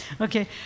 Okay